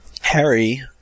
Harry